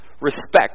Respect